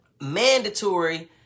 mandatory